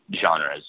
genres